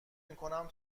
میکنم